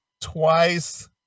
twice